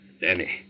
Danny